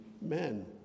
men